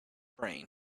brain